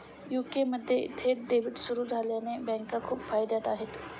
UK मध्ये थेट debit सुरू झाल्याने बँका खूप फायद्यात आहे